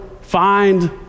find